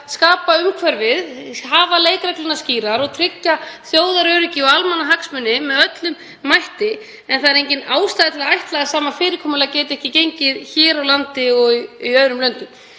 skapa umhverfið, hafa leikreglurnar skýrar og tryggja þjóðaröryggi og almannahagsmuni af öllum mætti. En það er engin ástæða til að ætla að sama fyrirkomulag geti ekki gengið hér á landi og í öðrum löndum.